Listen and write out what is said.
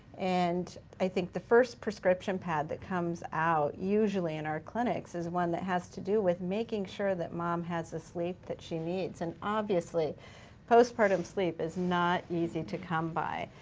and i think the first prescription pad that comes out usually in our clinics is one that has to do with making sure that mom has the sleep that she needs. and obviously postpartum sleep is not easy to come by.